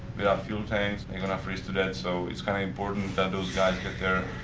yeah fuel tanks, they're gonna freeze to death, so it's kind of important that those guys get there,